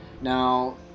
Now